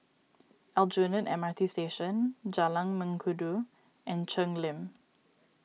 Aljunied M R T Station Jalan Mengkudu and Cheng Lim